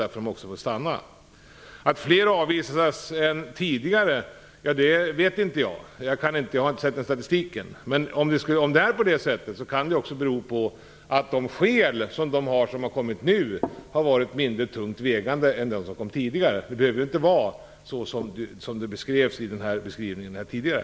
Därför har de också fått stanna. Jag vet inte om det är fler som har avvisats än tidigare. Jag har inte sett den statistiken. Om det är på det sättet kan det också bero på att de personer som har kommit nu har haft mindre tungt vägande skäl än de som kommit tidigare. Det behöver inte vara såsom det beskrevs här tidigare.